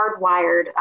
hardwired